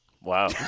Wow